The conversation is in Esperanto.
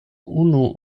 unu